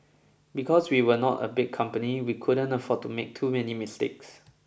because we were not a big company we couldn't afford to make too many mistakes